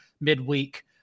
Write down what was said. midweek